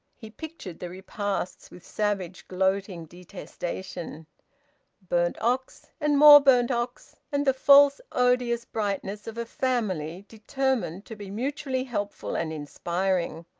he pictured the repasts with savage gloating detestation burnt ox, and more burnt ox, and the false odious brightness of a family determined to be mutually helpful and inspiring.